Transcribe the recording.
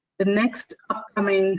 the next upcoming